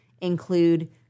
include